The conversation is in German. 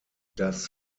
das